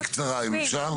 בקצרה אם אפשר.